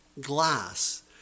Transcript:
glass